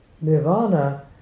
nirvana